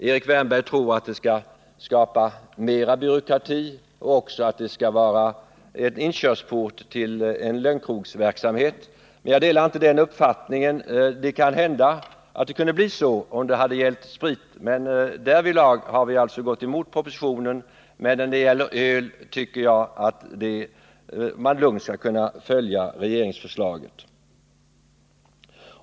Erik Wärnberg tror att det kommer att skapa mer byråkrati och bli inkörsporten till en lönnkrogsverksamhet. Jag delar inte den uppfattningen. Det kan hända att det skulle ha kunnat bli så, om det hade gällt sprit. Därvidlag har vi alltså gått emot propositionen. Men när det gäller öl tycker jag att vi lugnt skall kunna följa regeringsförslaget.